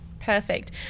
Perfect